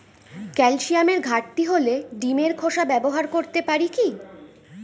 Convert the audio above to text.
ক্যালসিয়ামের ঘাটতি হলে ডিমের খোসা ব্যবহার করতে পারি কি?